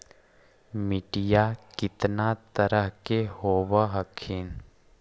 मिट्टीया कितना तरह के होब हखिन?